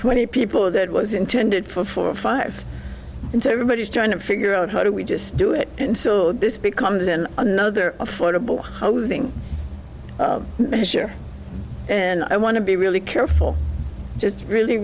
twenty people that was intended for four or five into everybody's trying to figure out how do we just do it and so this becomes in another affordable housing measure and i want to be really careful just really